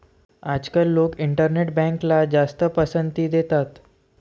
आजकाल लोक इंटरनेट बँकला जास्त पसंती देतात